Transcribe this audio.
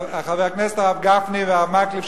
חברי הכנסת הרב גפני והרב מקלב,